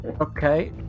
Okay